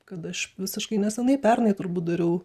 kad aš visiškai neseniai pernai turbūt dariau